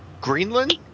Greenland